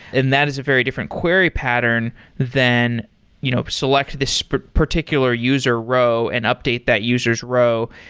and that is a very different query pattern than you know so like this particular user row and update that user s row.